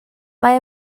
mae